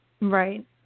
Right